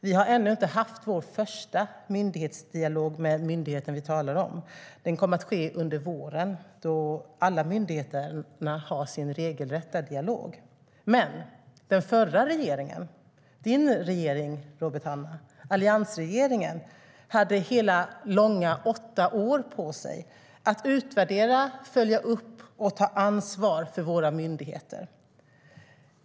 Vi har ännu inte haft vår första myndighetsdialog med den myndighet vi talar om. Den kommer att ske under våren, då alla myndigheter kommer att ha sin regelrätta dialog. Den förra regeringen - din regering, Robert Hannah, alliansregeringen - hade hela åtta långa år på sig att utvärdera, följa upp och ta ansvar för våra myndigheter.